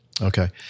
Okay